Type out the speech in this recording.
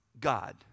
God